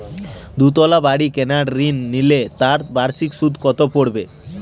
দুতলা বাড়ী কেনার ঋণ নিলে তার বার্ষিক সুদ কত পড়বে?